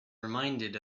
reminded